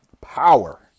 power